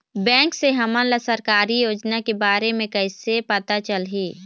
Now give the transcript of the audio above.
Bank से हमन ला सरकारी योजना के बारे मे कैसे पता चलही?